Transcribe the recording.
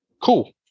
Cool